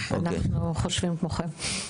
אנחנו חושבים כמוכם.